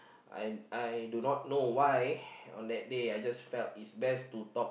I I do not know why on that day I just felt is best to talk